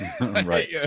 Right